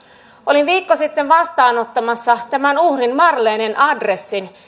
olin viikko sitten vastaanottamassa tämän uhrin marlenen adressin